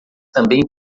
também